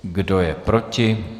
Kdo je proti?